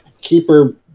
Keeper